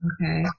Okay